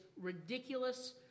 ridiculous